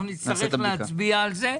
אנחנו נצטרך להצביע על זה.